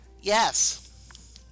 Yes